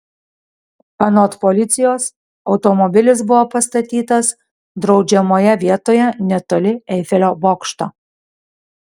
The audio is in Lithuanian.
anot policijos automobilis buvo pastatytas draudžiamoje vietoje netoli eifelio bokšto